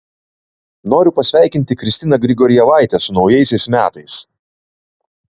noriu pasveikinti kristiną grigorjevaitę su naujaisiais metais